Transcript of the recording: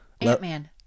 Ant-Man